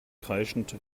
kreischend